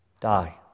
die